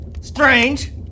Strange